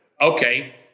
Okay